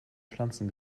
pflanzen